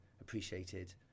appreciated